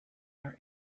our